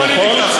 אני יכול?